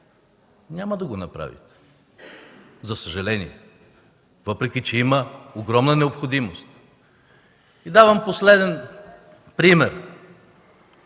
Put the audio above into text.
Няма да го направите, за съжаление, въпреки че има огромна необходимост. Давам последен пример